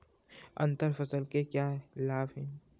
अंतर फसल के क्या लाभ हैं?